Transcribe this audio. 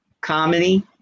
comedy